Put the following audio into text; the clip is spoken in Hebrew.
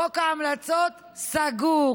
חוק ההמלצות, סגור.